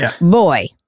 boy